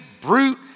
brute